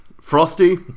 Frosty